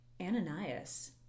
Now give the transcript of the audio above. Ananias